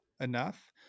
enough